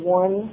one